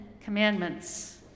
Commandments